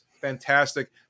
fantastic